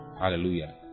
Hallelujah